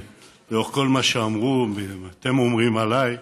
לאור כל מה שאמרו ואתם אומרים עליי,